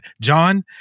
John